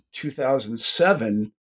2007